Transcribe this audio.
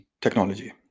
technology